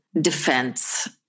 defense